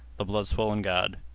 the blood-swollen god,